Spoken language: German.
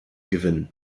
gewinnen